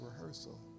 rehearsal